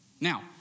Now